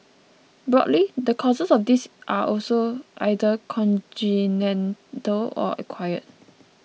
broadly the causes of this are also either congenital or acquired